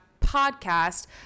podcast